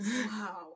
Wow